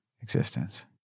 existence